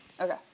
Okay